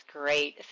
great